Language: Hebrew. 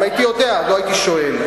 אם הייתי יודע לא הייתי שואל.